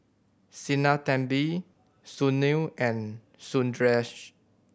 Sinnathamby Sunil and Sundaresh